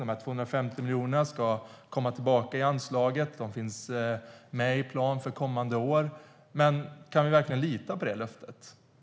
De 250 miljonerna ska komma tillbaka i anslaget; de finns med i planen för kommande år. Kan vi lita på det löftet?